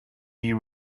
you